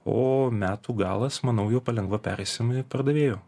o metų galas manau jau palengva pereisim į pardavėjų